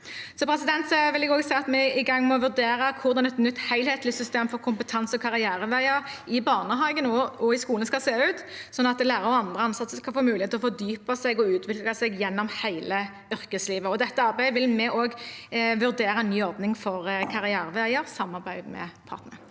dette. Jeg vil også si at vi er i gang med å vurdere hvordan et nytt helhetlig system for kompetanse- og karriereveier i barnehagen og i skolen skal se ut, sånn at lærere og andre ansatte skal få mulighet til å fordype seg og utvikle seg gjennom hele yrkeslivet. I dette arbeidet vil vi også vurdere en ny ordning for karriereveier, i samarbeid med partene.